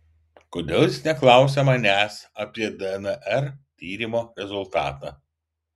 kodėl jis neklausia manęs apie dnr tyrimo rezultatą